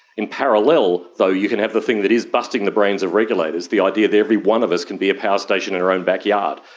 in parallel though you can have the thing that is busting the brains of regulators, the idea that every one of us can be a power station in our own backyard.